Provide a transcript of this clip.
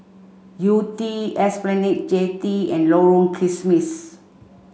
Yew Tee Esplanade Jetty and Lorong Kismis